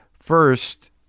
First